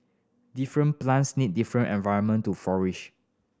different plants need different environment to flourish